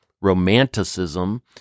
Romanticism